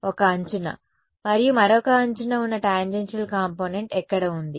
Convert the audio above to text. ఒక అంచున మరియు మరొక అంచున ఉన్న టాంజెన్షియల్ కాంపోనెంట్ ఎక్కడ ఉంది